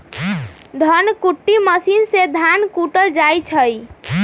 धन कुट्टी मशीन से धान कुटल जाइ छइ